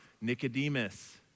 Nicodemus